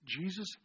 Jesus